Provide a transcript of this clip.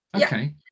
Okay